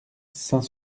saint